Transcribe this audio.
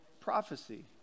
prophecy